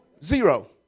Zero